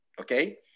okay